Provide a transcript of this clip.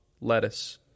lettuce